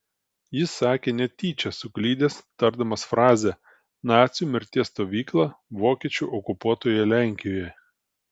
jis sakė netyčia suklydęs tardamas frazę nacių mirties stovykla vokiečių okupuotoje lenkijoje